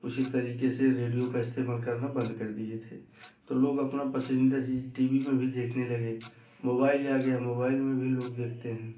उसी तरीक़े से रेडियो का इस्तेमाल करना बंद कर दिए थे तो लोग अपना पसंदीदा चीज़ टी वी पर भी देखने लगे मोबाल आ गया मोबाइल में भी लोग देखते हैं